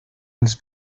els